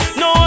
no